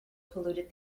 polluted